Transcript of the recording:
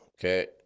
okay